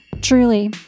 Truly